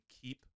keep